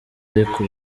ariko